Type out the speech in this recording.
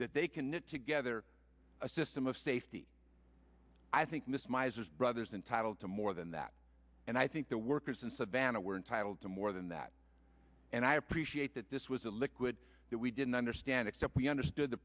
that they can knit together a system of safety i think miss misers brothers entitled to more than that and i think the workers in savannah were entitled to more than that and i appreciate that this was a liquid that we didn't understand except we understood the